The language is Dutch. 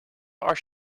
als